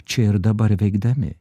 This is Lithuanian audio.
čia ir dabar veikdami